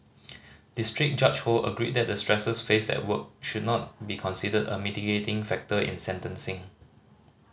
district Judge Ho agreed that the stresses faced at work should not be considered a mitigating factor in sentencing